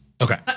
okay